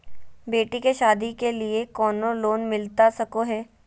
बेटी के सादी के लिए कोनो लोन मिलता सको है?